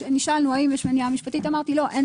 נשאלנו האם יש מניעה משפטית ואמרתי שאין